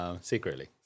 secretly